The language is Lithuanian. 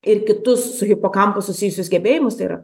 ir kitus su hipokampu susijusius gebėjimus tai yra